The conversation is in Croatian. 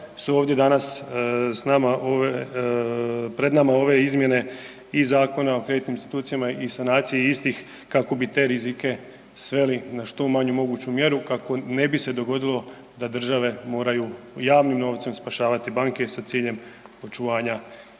su ovdje danas pred nama ove izmjene i Zakona o kreditnim institucijama i sanaciji istih kako bi te rizike sveli na što manju moguću mjeru kako se ne bi dogodilo da države moraju javnim novcem spašavati banke sa ciljem očuvanja